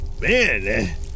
Man